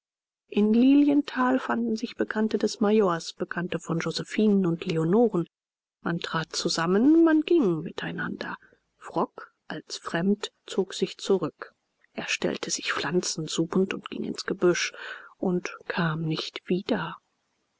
in lilienthal fanden sich bekannte des majors bekannte von josephinen und leonoren man trat zusammen man ging mit einander frock als fremd zog sich zurück er stellte sich pflanzen suchend und ging ins gebüsch und kam nicht wieder